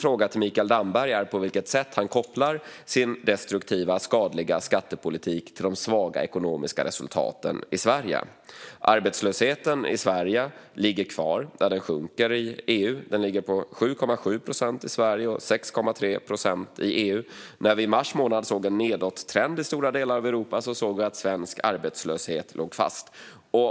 På vilket sätt kopplar Mikael Damberg sin destruktiva och skadliga skattepolitik till de svaga ekonomiska resultaten i Sverige? Arbetslösheten i Sverige ligger kvar när den sjunker i EU. Den ligger på 7,7 procent i Sverige och 6,3 procent i EU. När vi i mars månad såg en nedåttrend i stora delar av Europa såg vi att svensk arbetslöshet låg fast.